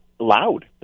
loud